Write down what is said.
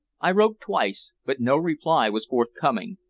i wrote twice, but no reply was forthcoming.